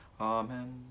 amen